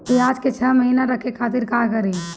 प्याज के छह महीना रखे खातिर का करी?